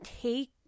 take